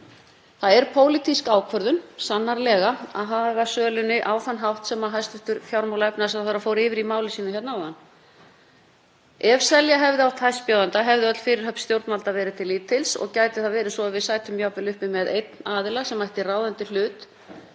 Það er pólitísk ákvörðun, sannarlega, að haga sölunni á þann hátt sem hæstv. fjármála- og efnahagsráðherra fór yfir í máli sínu hérna áðan. Ef selja hefði átt hæstbjóðanda hefði öll fyrirhöfn stjórnvalda verið til lítils og gæti það verið svo að við sætum jafnvel uppi með einn aðila sem ætti ráðandi hlut